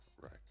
Right